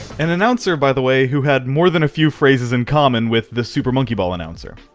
and announcer, by the way, who had more than a few phrases in common with the super monkey ball announcer